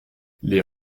les